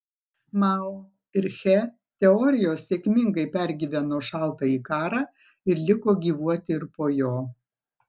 mao ir che teorijos sėkmingai pergyveno šaltąjį karą ir liko gyvuoti ir po jo